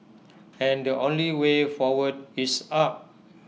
and the only way forward is up